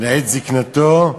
לעת זיקנתו,